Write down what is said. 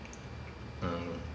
mm